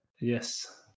Yes